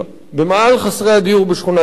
במאהל חסרי הדיור בשכונת-התקווה.